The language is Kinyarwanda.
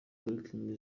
parikingi